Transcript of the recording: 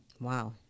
Wow